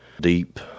Deep